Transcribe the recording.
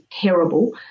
terrible